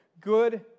good